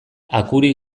akuri